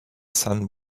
sun